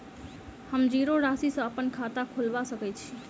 हम जीरो राशि सँ अप्पन खाता खोलबा सकै छी?